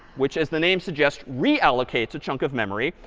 which as the name suggests, reallocate a chunk of memory.